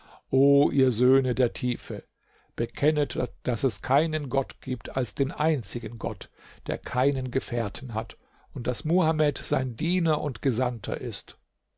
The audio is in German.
ihr söhne der tiefe bekennet daß es keinen gott gibt als den einzigen gott der keinen gefährten hat und daß muhamed sein diener und gesandter ist